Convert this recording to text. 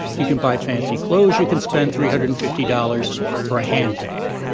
you can buy fancy clothes. you can spend three hundred and fifty dollars for a handbag.